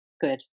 Good